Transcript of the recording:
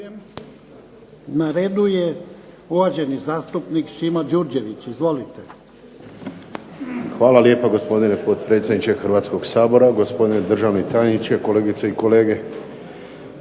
Na redu je uvaženi zastupnik Šimo Đurđević. Izvolite. **Đurđević, Šimo (HDZ)** Hvala lijepa, gospodine potpredsjedniče Hrvatskoga sabora. Gospodine državni tajniče, kolegice i kolege.